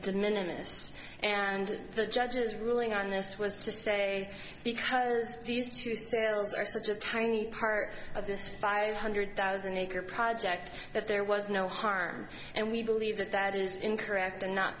did minimus and the judge's ruling on this was to say because these two cells are such a tiny part of this five hundred thousand acre project that there was no harm and we believe that that is incorrect and not